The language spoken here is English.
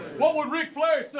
what would rick